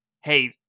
hey